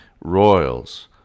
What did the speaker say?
Royals